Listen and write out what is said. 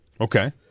Okay